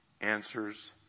answers